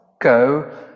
go